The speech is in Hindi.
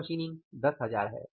तो मशीनिंग 10000 है